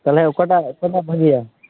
ᱛᱟᱦᱚᱞᱮ ᱚᱠᱟᱴᱟᱜ ᱚᱠᱟᱴᱟᱜ ᱵᱷᱟᱹᱜᱮᱭᱟ